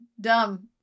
dumb